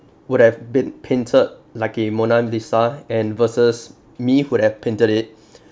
who have been painted like a mona lisa and versus me who have painted it